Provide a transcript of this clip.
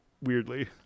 Weirdly